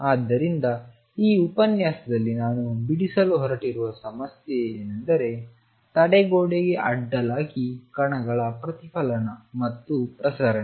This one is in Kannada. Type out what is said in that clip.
ಆದ್ದರಿಂದ ಈ ಉಪನ್ಯಾಸದಲ್ಲಿ ನಾನು ಬಿಡಿಸಲು ಹೊರಟಿರುವ ಸಮಸ್ಯೆ ಎಂದರೆ ತಡೆಗೋಡೆಗೆ ಅಡ್ಡಲಾಗಿ ಕಣಗಳ ಪ್ರತಿಫಲನ ಮತ್ತು ಪ್ರಸರಣ